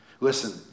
Listen